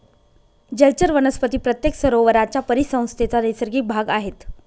जलचर वनस्पती प्रत्येक सरोवराच्या परिसंस्थेचा नैसर्गिक भाग आहेत